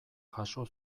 jaso